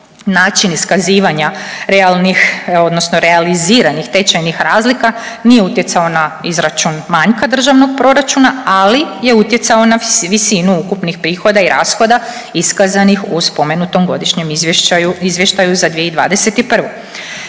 realnih odnosno realiziranih tečajnih razlika nije utjecao na izračun manjka državnog proračuna, ali je utjecao na visinu ukupnih prihoda i rashoda iskazanih u spomenutom godišnjem izvještaju za 2021..